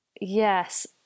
Yes